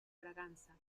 braganza